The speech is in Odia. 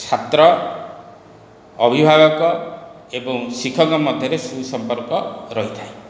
ଛାତ୍ର ଅଭିଭାବକ ଏବଂ ଶିକ୍ଷକ ମଧ୍ୟରେ ସୁସମ୍ପର୍କ ରହିଥାଏ